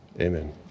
Amen